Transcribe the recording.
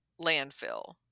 landfill